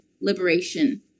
Liberation